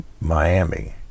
Miami